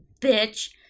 bitch